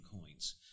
coins